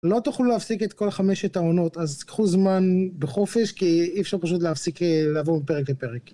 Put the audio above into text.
לא תוכלו להפסיק את כל חמש העונות אז קחו זמן בחופש כי אי אפשר פשוט להפסיק לעבור פרק לפרק